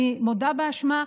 אני מודה באשמה,